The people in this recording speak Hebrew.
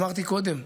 אמרתי קודם,